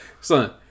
son